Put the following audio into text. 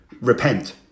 repent